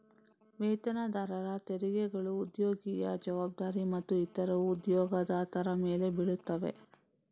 ವೇತನದಾರರ ತೆರಿಗೆಗಳು ಉದ್ಯೋಗಿಯ ಜವಾಬ್ದಾರಿ ಮತ್ತು ಇತರವು ಉದ್ಯೋಗದಾತರ ಮೇಲೆ ಬೀಳುತ್ತವೆ